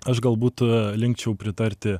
aš galbūt linkčiau pritarti